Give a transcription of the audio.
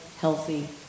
healthy